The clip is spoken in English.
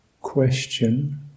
question